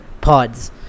pods